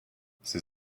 ses